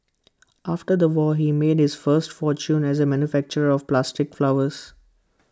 after the war he made his first fortune as A manufacturer of plastic flowers